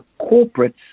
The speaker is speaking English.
corporates